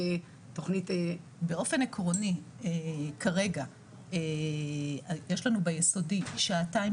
באופן עקרוני כרגע יש לנו ביסודי שעתיים